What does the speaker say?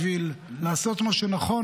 בשביל לעשות מה שנכון,